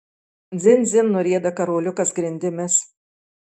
dzin dzin nurieda karoliukas grindimis